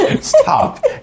Stop